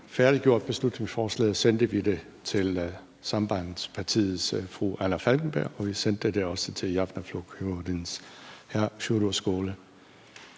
færdiggjort beslutningsforslaget, sendte vi det til Sambandspartiets fru Anna Falkenberg, og vi sendte det også til Javnaðarflokkurins hr. Sjúrður Skaale.